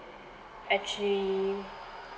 actually